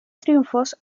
triunfos